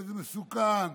וזה מסוכן,